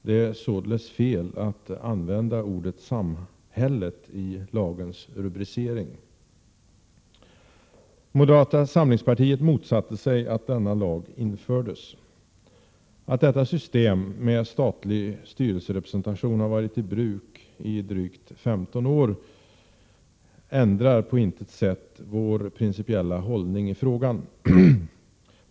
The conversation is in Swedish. Det är således fel att använda ordet ”samhället” i lagens rubricering. Moderata samlingspartiet motsatte sig att denna lag infördes. Att detta system med statlig styrelserepresentation har varit i bruk i drygt 15 år ändrar på intet sätt vår principiella hållning i frågan.